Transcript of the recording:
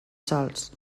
sols